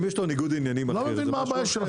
אם יש לו ניגוד עניינים אחר זה משהו אחר.